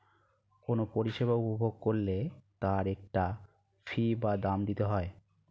কোনো পরিষেবা উপভোগ করলে তার একটা ফী বা দাম দিতে হয়